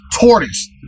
tortoise